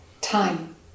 time